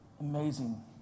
Amazing